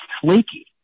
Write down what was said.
flaky